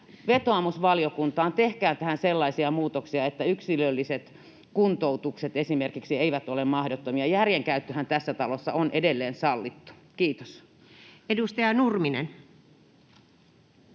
vetoomus valiokuntaan: Tehkää tähän sellaisia muutoksia, että esimerkiksi yksilölliset kuntoutukset eivät ole mahdottomia. Järjen käyttöhän tässä talossa on edelleen sallittu. — Kiitos. [Speech